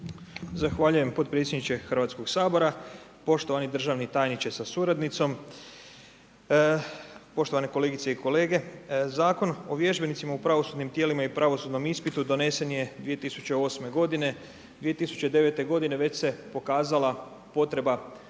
Zahvaljujem potpredsjedniče Hrvatskog sabora. Poštivani državni tajniče sa suradnicom, poštovane kolegice i kolege, Zakon o vježbenicima o pravosudnim tijelima i pravosudnom ispitu, donesen je 2008. g., 2009. već se pokazala potreba